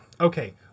Okay